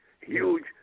huge